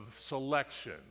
selection